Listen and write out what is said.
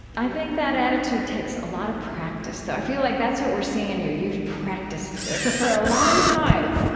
i think that attitude takes a lot of practice, though. i feel like that's what we're seeing in you. you've practiced this for a long time